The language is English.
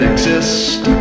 Exist